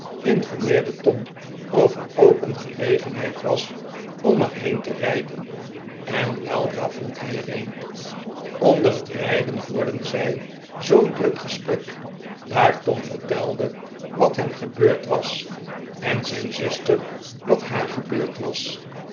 informeerde tom of er ook een gelegenheid was om er heen te rijden en weldra vond hij er een onder het rijden voerden zij zoo'n druk gesprek daar tom vertelde wat hem gebeurd was en zijn zuster wat haar gebeurd was